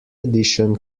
edition